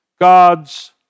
God's